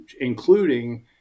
including